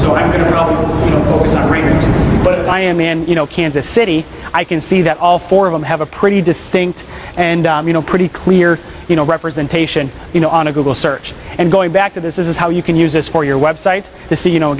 so i'm going to be serious but i am in kansas city i can see that all four of them have a pretty distinct and you know pretty clear you know representation you know on a google search and going back to this is how you can use this for your web site to see you know